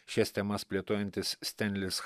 šias temas plėtojantis stenlis